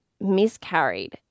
miscarried